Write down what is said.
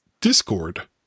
discord